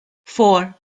four